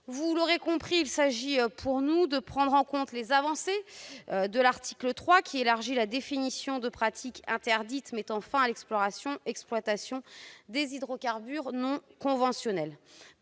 Vous l'aurez compris, il s'agit de prendre en compte les avancées de l'article 3, qui élargit la définition des pratiques interdites en mettant fin à l'exploration et à l'exploitation des hydrocarbures non conventionnels.